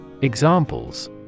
Examples